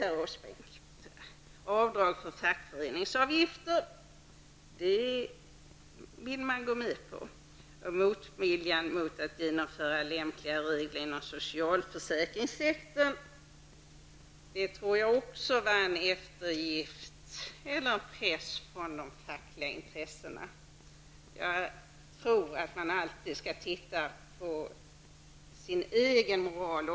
Man går med på avdrag för fackföreningsavgifter. Jag tror också att motviljan mot att införa lämpliga regler inom socialförsäkringssektorn var en eftergift för de fackliga intressena. Man måste alltid titta på sin egen moral.